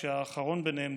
שהאחרון ביניהם,